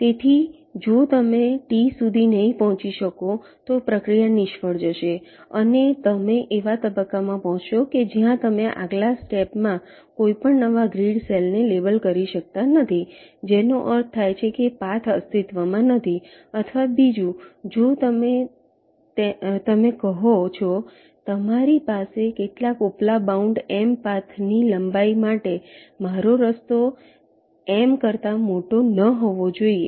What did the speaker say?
તેથીજો તમે T સુધી નહીં પહોંચી શકો તો પ્રક્રિયા નિષ્ફળ જશે અને તમે એવા તબક્કામાં પહોંચશો કે જ્યાં તમે આગલા સ્ટેપ માં કોઈપણ નવા ગ્રીડ સેલને લેબલ કરી શકતા નથી જેનો અર્થ થાય છે કે પાથ અસ્તિત્વમાં નથી અથવા બીજું જો તમે તમે કહો છો તમારી પાસે કેટલાક ઉપલા બાઉન્ડ M પાથની લંબાઈ માટે મારો રસ્તો M કરતા મોટો ન હોવો જોઈએ